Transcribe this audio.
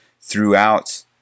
throughout